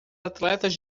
atletas